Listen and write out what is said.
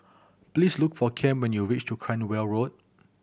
please look for Cam when you reach to Cranwell Road